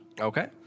Okay